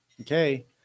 Okay